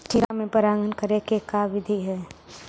खिरा मे परागण करे के का बिधि है?